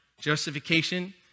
justification